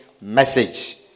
message